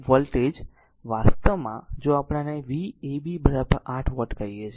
તેથી આ વોલ્ટેજ વાસ્તવમાં જો આપણે આને v a b 8 વોલ્ટ કહીએ